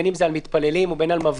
בין אם זה על מתפללים ובין אם על מפגינים.